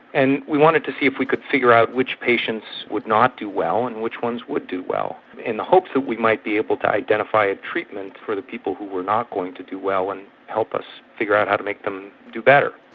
and we wanted to see if we could figure out which patients would not do well and which ones would do well in the hopes that we might be able to identify a treatment for the people who were not going to do well and help us figure out how to make them do better.